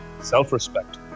self-respect